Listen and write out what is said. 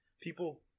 People